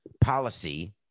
policy